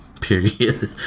Period